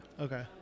Okay